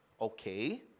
Okay